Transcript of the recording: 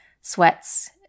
sweats